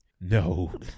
No